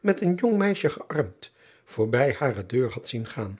met een jong meisje gearmd voorbij hare deur had zien gaan